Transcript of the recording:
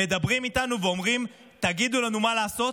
מדברים איתנו ואומרים: תגידו לנו מה לעשות,